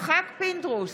יצחק פינדרוס,